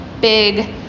big